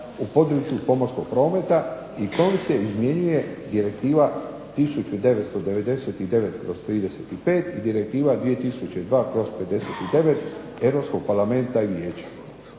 u području pomorskog prometa i kojom se izmjenjuje Direktiva 1999/35, Direktiva 2002/59 Europskog parlamenta i Vijeća.